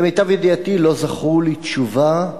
למיטב ידיעתי הם לא זכו לתשובה.